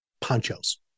ponchos